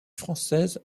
française